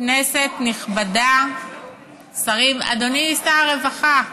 כנסת נכבדה, שרים, אדוני שר הרווחה,